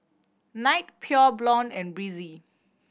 Knight Pure Blonde and Breezer